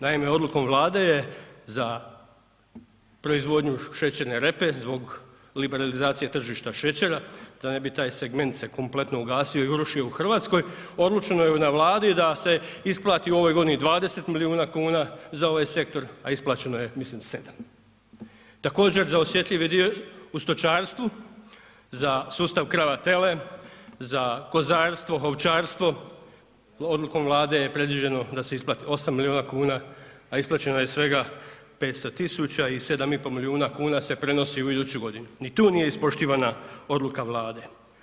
Naime, odlukom Vlade je za proizvodnju šećerne repe zbog liberalizacije tržišta šećera da ne bi taj segment se kompletno ugasio i urušio u RH, odlučeno je na Vladi da se isplati u ovoj godini 20 milijuna kuna za ovaj sektor, a isplaćeno je mislim 7. Također za osjetljivi dio u stočarstvu za sustav krava tele, za kozarstvo, ovčarstvo, odlukom Vlade je predviđeno da se isplati 8 milijuna kuna, a isplaćeno je svega 500.000,00 i 7,5 milijuna kuna se prenosi u iduću godinu, ni tu nije ispoštivana odluka Vlada.